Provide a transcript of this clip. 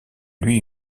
lui